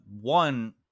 One